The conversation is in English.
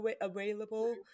available